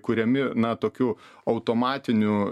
kuriami na tokiu automatiniu